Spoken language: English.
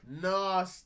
Nah